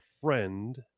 friend